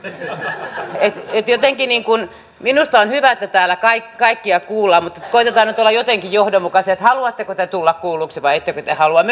että jotenkin minusta on hyvä että täällä kaikkia kuullaan mutta koetetaan nyt olla jotenkin johdonmukaisia että haluatteko te tulla kuulluksi vai ettekö te halua